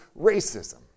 racism